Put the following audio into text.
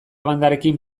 bandarekin